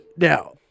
Now